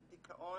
דיכאון,